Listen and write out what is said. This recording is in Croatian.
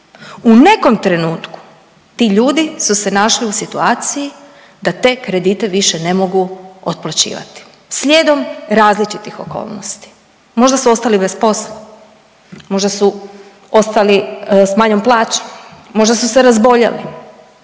U nekom trenutku ti ljudi su se našli u situaciji da te kredite više ne mogu otplaćivati slijedom različitih okolnosti. Možda su ostali bez posla, možda su ostali s manjom plaćom, možda su se razboljeli,